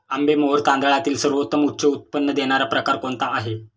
आंबेमोहोर तांदळातील सर्वोत्तम उच्च उत्पन्न देणारा प्रकार कोणता आहे?